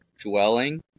dwelling